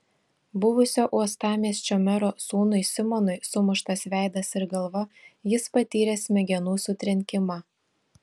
buvusio uostamiesčio mero sūnui simonui sumuštas veidas ir galva jis patyrė smegenų sutrenkimą